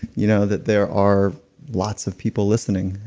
you know, that there are lots of people listening.